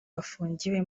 bafungiwe